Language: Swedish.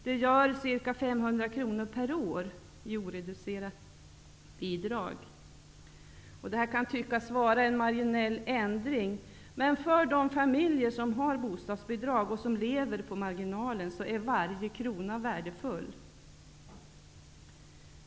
Det innebär ca 500 kr mer per år i oreducerat bidrag. Det kan tyckas vara en marginell ändring, men för de familjer som har bostadsbidrag och som lever på marginalen är varje krona värdefull.